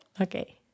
Okay